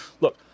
look